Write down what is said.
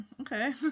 okay